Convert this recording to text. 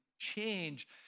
change